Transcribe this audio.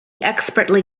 expertly